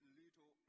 little